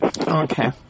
Okay